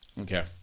Okay